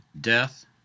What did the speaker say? death